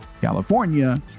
California